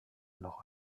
noch